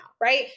Right